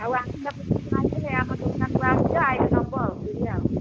ଆଉ ଆସନ୍ତା ବର୍ଷକୁ ଆସିଲେ ଆମ ଦୋକାନକୁ ଆସିବ ଆଇଲେ ନେବ ପିଡ଼ିଆ